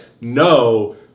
no